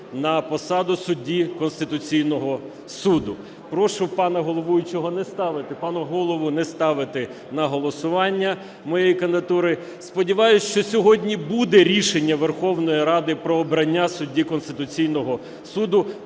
на посаду судді Конституційного Суду. Прошу пана головуючого не ставити, пане Голово, не ставити на голосування моєї кандидатури. Сподіваюсь, що сьогодні буде рішення Верховної Ради про обрання судді Конституційного Суду,